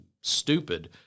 stupid